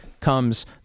comes